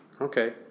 Okay